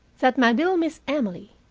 that my little miss emily,